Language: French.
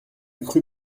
cru